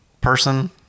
person